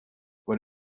what